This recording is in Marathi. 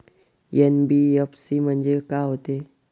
एन.बी.एफ.सी म्हणजे का होते?